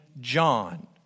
John